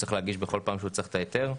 צריך להגיש בכל פעם שהוא צריך את ההיתר?